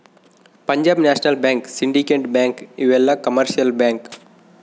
Punjab national bank syndicate bank ಇವೆಲ್ಲ commercial bank